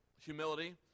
humility